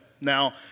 Now